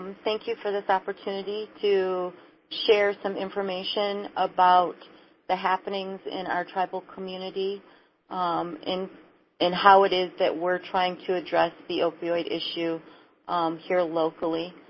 thank you for this opportunity to share some information about the happenings in our tribal community um and how it is that we're trying to address the opioid issue here locally.